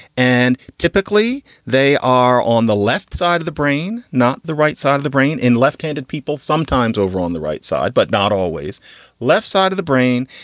and typically they are on the left side of the brain, not the right side of the brain in left handed people, sometimes over on the right side, but not always left side of the brain.